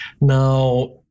Now